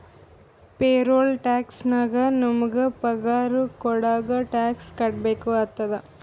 payroll tax ನಾಗ್ ನಮುಗ ಪಗಾರ ಕೊಡಾಗ್ ಟ್ಯಾಕ್ಸ್ ಕಟ್ಬೇಕ ಆತ್ತುದ